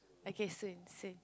okay same same